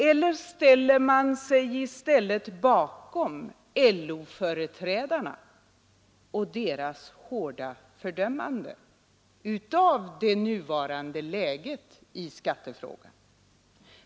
Eller ställer man sig bakom LO-företrädarna och deras hårda fördömande av det nuvarande läget i skattefrågan?